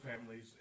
families